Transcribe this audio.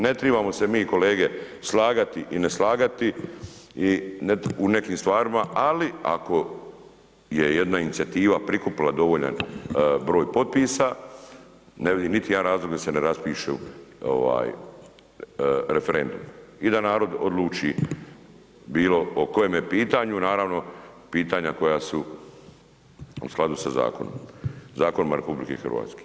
Ne tribamo se mi kolege slagati i ne slagati u nekim stvarima, ali ako je jedna inicijativa prikupila dovoljan broj potpisa, ne vidim niti jedan razlog da se ne raspiše referendum i da narod odluči bilo o kojemu pitanju, naravno pitanja koja su u skladu sa zakonom, zakonima RH.